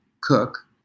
cook